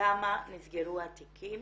וכמה נסגרו התיקים,